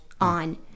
on